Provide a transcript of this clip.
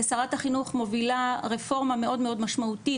שרת החינוך מובילה רפורמה מאוד מאוד משמעותית,